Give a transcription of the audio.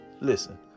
Listen